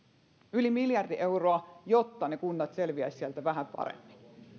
yli miljardi euroa jotta kunnat selviäisivät sieltä vähän paremmin